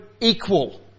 equal